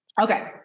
Okay